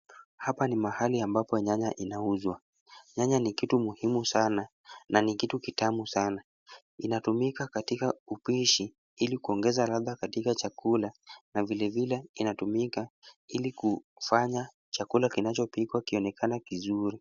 Hapa ni mahali ambapo nyanya inauzwa. Nyanya ni kitu muhimu sana na ni kitu kitamu sana. Inatumika katika upishi ili kuongeza ladha katika chakula na vilevile inatumika ili kufanya chakula kinachopikwa kionekane kizuri.